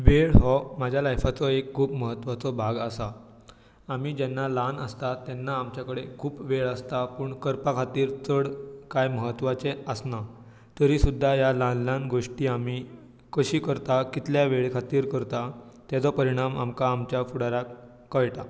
वेळ हो म्हज्या लायफाचो एक खूब म्हत्वाचो भाग आसा आमी जेन्ना ल्हान आसता तेन्ना आमचे कडेन खूब वेळ आसता पूण करपा खातीर चड काय म्हत्वाचे आसना तरी सुद्दां ह्या ल्हान ल्हान गोश्टी आमी कशी करता कितल्या वेळे खातीर करता ताजो परीणाम आमकां आमच्या फुडाराक कळटा